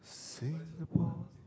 Singapore